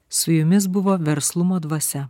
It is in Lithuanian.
su jumis buvo verslumo dvasia